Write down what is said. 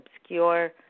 obscure